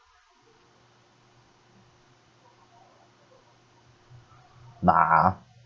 nah